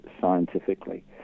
scientifically